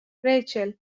ریچل